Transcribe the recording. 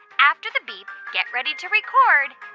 after the beep, get ready to record